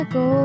go